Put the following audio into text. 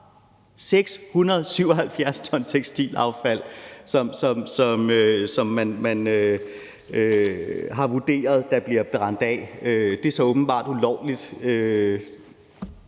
677 t tekstilaffald, som man har vurderet der bliver brændt af. Det er så åbenbart ulovligt,